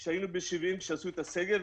כאשר היו לנו 70 חולים כשעשו את הסגר.